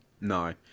No